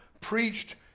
preached